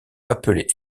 appelée